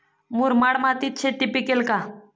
मुरमाड मातीत शेती पिकेल का?